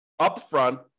upfront